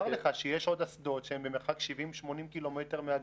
שיש עוד אסדות שהן במרחק 80-70 קילומטרים מהחוף,